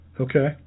Okay